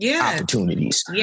opportunities